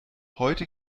heute